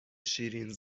شیرین